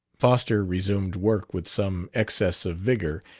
foster resumed work with some excess of vigor,